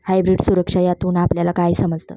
Hybrid सुरक्षा यातून आपल्याला काय समजतं?